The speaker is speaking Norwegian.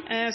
å